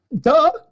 Duh